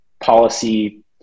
policy